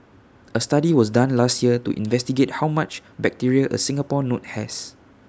A study was done last year to investigate how much bacteria A Singapore note has